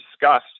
discussed